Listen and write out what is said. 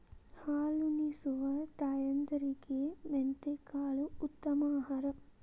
ಹಾಲುನಿಸುವ ತಾಯಂದಿರಿಗೆ ಮೆಂತೆಕಾಳು ಉತ್ತಮ ಆಹಾರ